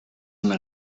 una